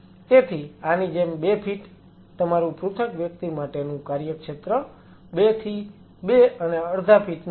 તેથી આની જેમ 2 ફીટ તમારૂ પૃથક વ્યક્તિ માટેનું કાર્યક્ષેત્ર 2 થી 2 અને અડધા ફીટ નું હશે